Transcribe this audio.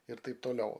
ir taip toliau